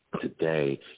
Today